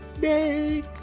day